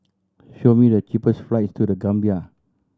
show me the cheapest flights to The Gambia